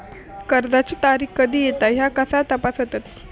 कर्जाची तारीख कधी येता ह्या कसा तपासतत?